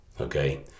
Okay